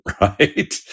right